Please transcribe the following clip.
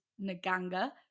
naganga